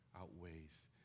outweighs